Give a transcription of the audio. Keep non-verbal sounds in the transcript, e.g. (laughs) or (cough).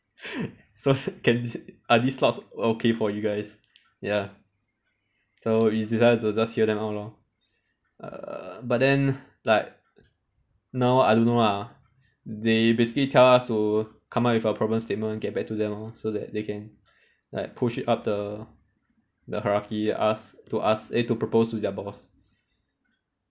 (laughs) so can (laughs) are these slots okay for you guys ya so we decided to just hear them out lor err but then like now I don't know lah they basically tell us to to come up with a problem statement get back to them lor so that they can like push it up the the hierarchy ask to ask eh to propose to their boss